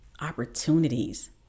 opportunities